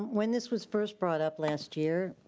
when this was first brought up last year,